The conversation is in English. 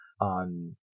on